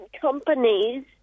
companies